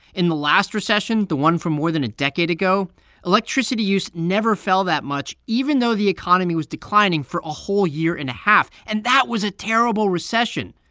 in the last recession the one from more than a decade ago electricity use never fell that much even though the economy was declining for a whole year and a half. and that was a terrible recession.